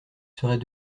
serait